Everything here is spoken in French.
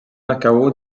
macao